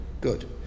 good